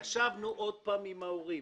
נפגשנו עוד פעם עם הורים,